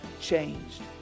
changed